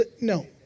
No